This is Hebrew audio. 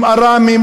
הם ארמים,